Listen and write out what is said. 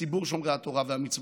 לציבור שומרי התורה והמצוות.